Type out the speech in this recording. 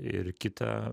ir kita